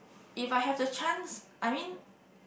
if I have the chance I mean